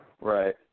Right